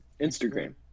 Instagram